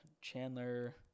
Chandler